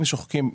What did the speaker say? אם שוחקים,